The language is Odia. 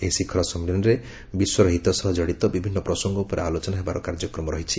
ଏହି ଶିଖର ସମ୍ମିଳନୀରେ ବିଶ୍ୱର ହିତ ସହ କଡିତ ବିଭିନ୍ନ ପ୍ରସଙ୍ଗ ଉପରେ ଆଲୋଚନା ହେବାର କାର୍ଯ୍ୟକ୍ରମ ରହିଛି